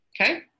okay